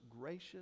gracious